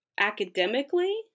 academically